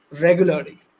regularly